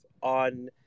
on